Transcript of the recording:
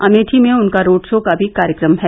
अमेठी में उनका road show का भी कार्यक्रम है